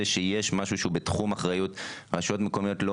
זה שיש משהו שהוא בתחום האחריות של הרשויות המקומיות זה לא